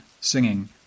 singing